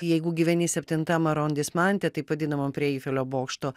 jeigu gyveni septintam arondismante taip vadinamam prie eifelio bokšto